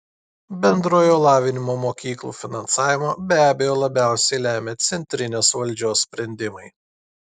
bendrojo lavinimo mokyklų finansavimą be abejo labiausiai lemia centrinės valdžios sprendimai